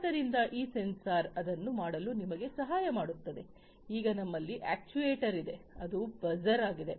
ಆದ್ದರಿಂದ ಈ ಸೆನ್ಸಾರ್ ಅದನ್ನು ಮಾಡಲು ನಿಮಗೆ ಸಹಾಯ ಮಾಡುತ್ತದೆ ಆಗ ನಮ್ಮಲ್ಲಿ ಅಕ್ಚುಯೆಟರ್ ಇದೆ ಅದು ಬಜರ್ ಆಗಿದೆ